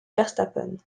verstappen